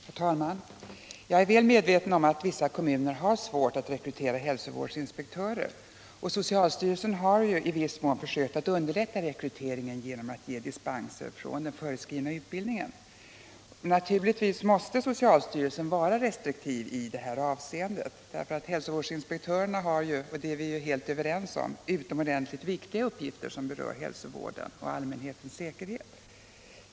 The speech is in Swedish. Herr talman! Jag är väl medveten om att vissa kommuner har svårt att rekrytera hälsovårdsinspektörer, och socialstyrelsen har i viss mån försökt att underlätta rekryteringen genom att ge dispenser från den föreskrivna utbildningen. Naturligtvis måste socialstyrelsen vara restriktiv i detta avseende, eftersom hälsovårdsinspektörerna — det är vi ju helt överens om — har utomordentligt viktiga uppgifter som berör hälsovården och allmänhetens säkerhet.